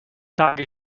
tage